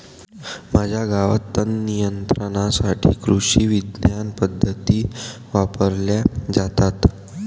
माझ्या गावात तणनियंत्रणासाठी कृषिविज्ञान पद्धती वापरल्या जातात